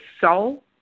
soul